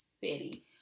city